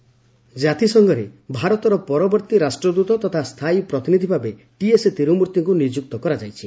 TS Tirumurti ଜାତିସଂଘରେ ଭାରତର ପରବର୍ତ୍ତୀ ରାଷ୍ଟ୍ରଦୂତ ତଥା ସ୍ଥାୟୀ ପ୍ରତିନିଧି ଭାବେ ଟିଏସ୍ ତିରୁମୂର୍ତ୍ତିଙ୍କୁ ନିଯୁକ୍ତ କରାଯାଇଛି